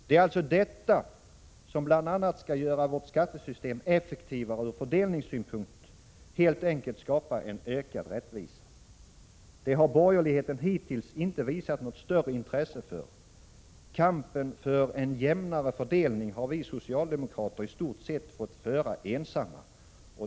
Det är alltså detta som bl.a. skall göra vårt skattesystem effektivare från fördelningssynpunkt, helt enkelt skapa en ökad rättvisa. Det har borgerligheten hittills inte visat något större intresse för. Kampen för en jämnare fördelning har vi socialdemokrater i stort sett fått föra ensamma.